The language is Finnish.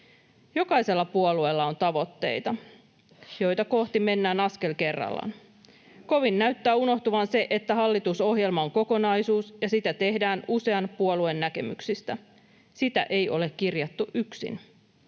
Jokaisella puolueella on tavoitteita, joita kohti mennään askel kerrallaan. Kovin näyttää unohtuvan se, että hallitusohjelma on kokonaisuus ja sitä tehdään usean puolueen näkemyksistä. Sitä ei ole kirjattu yksin.